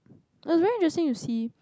a life lesson you see